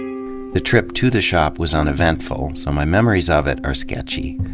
the trip to the shop was uneventful, so my memories of it are sketchy.